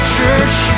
church